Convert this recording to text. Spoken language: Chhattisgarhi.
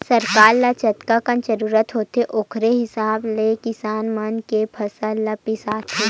सरकार ल जतकाकन जरूरत होथे ओखरे हिसाब ले किसान मन के फसल ल बिसाथे